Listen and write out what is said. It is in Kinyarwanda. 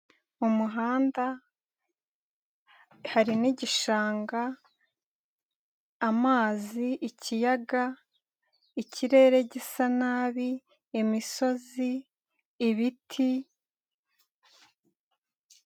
Umuhanda hari n'igishanga, amazi, ikiyaga, ikirere gisa nabi, imisozi, ibiti...